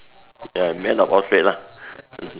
ya man of all trade lah mmhmm